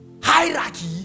hierarchy